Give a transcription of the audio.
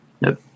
Nope